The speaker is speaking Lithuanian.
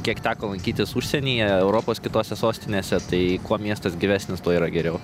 kiek teko lankytis užsienyje europos kitose sostinėse tai kuo miestas gyvesnis tuo yra geriau